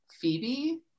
Phoebe